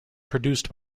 produced